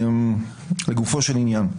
לגופו של עניין.